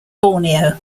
borneo